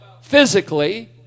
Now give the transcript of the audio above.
physically